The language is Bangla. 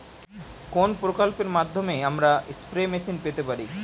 কোন প্রকল্পের মাধ্যমে আমরা স্প্রে মেশিন পেতে পারি?